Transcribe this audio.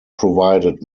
provided